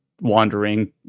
wandering